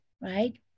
right